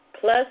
plus